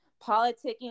politicking